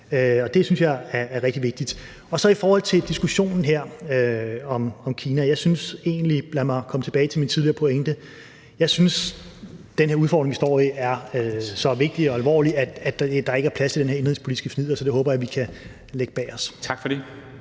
det synes jeg er rigtig vigtigt. Og lad mig i forhold til diskussionen her om Kina komme tilbage til min tidligere pointe. Jeg synes, den her udfordring, vi står i, er så vigtig og alvorlig, at der ikke er plads til det her indenrigspolitiske fnidder, så det håber jeg vi kan lægge bag os. Kl.